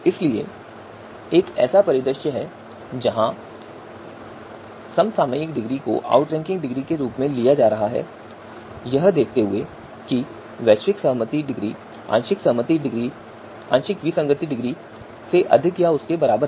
इसलिए एक ऐसा परिदृश्य है जहां समसामयिक डिग्री को आउटरैंकिंग डिग्री के रूप में लिया जा रहा है यह देखते हुए कि वैश्विक सहमति डिग्री आंशिक विसंगति डिग्री से अधिक या उसके बराबर है